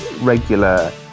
regular